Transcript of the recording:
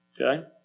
Okay